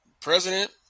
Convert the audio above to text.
President